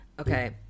Okay